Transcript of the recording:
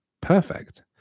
perfect